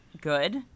good